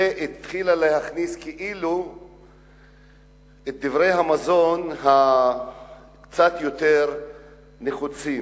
והתחילה להכניס כאילו את דברי המזון הקצת יותר נחוצים.